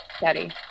daddy